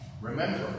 Remember